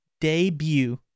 debut